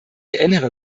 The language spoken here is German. erinnere